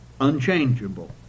unchangeable